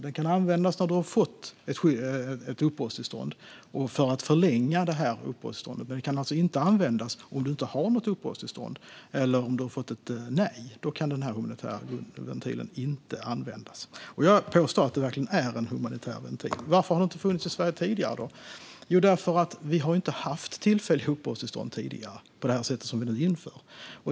Den kan användas när du har fått ett uppehållstillstånd för att förlänga uppehållstillståndet, men det kan alltså inte användas om du inte har något uppehållstillstånd eller om du har fått ett nej. Då kan ventilen inte användas. Jag påstår att det verkligen är en humanitär ventil. Varför har den inte funnits tidigare i Sverige? Jo, därför att det inte har funnits tillfälliga uppehållstillstånd tidigare på det sätt som nu införs.